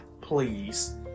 please